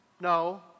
No